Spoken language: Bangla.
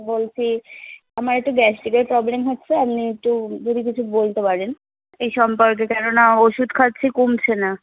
বলছি আমার একটু গ্যাস্ট্রিকের প্রবলেম হচ্ছে আপনি একটু যদি কিছু বলতে পারেন এই সম্পর্কে কেন না ওষুধ খাচ্ছি কমছে না